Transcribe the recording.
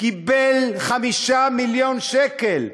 קיבל 5 מיליון שקלים,